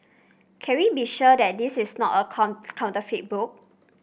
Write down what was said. can we be sure that this is not a counterfeit book